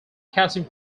casting